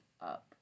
up